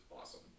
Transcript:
awesome